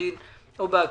במישרין או בעקיפין.